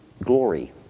glory